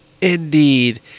indeed